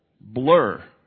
blur